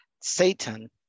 Satan